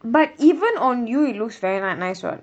but even on you it looks very ni~ nice [what]